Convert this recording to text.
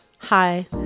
Hi